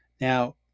Now